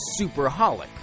superholic